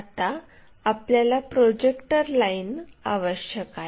आता आपल्याला projector line आवश्यक आहे